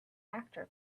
actor